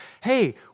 hey